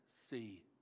see